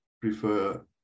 prefer